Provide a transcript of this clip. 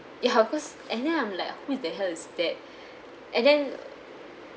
ya because and then I'm like who the hell is that and then